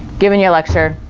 giving your lecture,